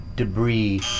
Debris